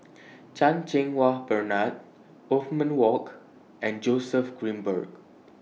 Chan Cheng Wah Bernard Othman Wok and Joseph Grimberg